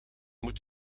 moet